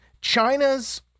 China's